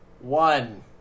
one